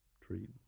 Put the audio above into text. treat